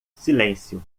silêncio